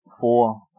four